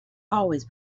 always